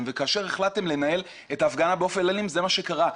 וכאשר אתם החלטתם לנהל את ההפגנה באופן אלים זה מה שקרה.